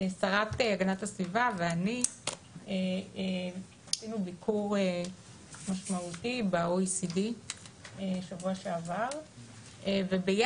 השרה להגנת הסביבה ואני עשינו ביקור משמעותי ב-OECD בשבוע שעבר וביחד